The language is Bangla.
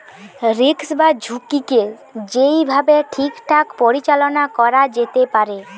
রিস্ক বা ঝুঁকিকে যেই ভাবে ঠিকঠাক পরিচালনা করা যেতে পারে